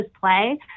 play